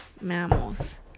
mammals